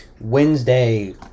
Wednesday